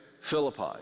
philippi